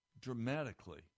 dramatically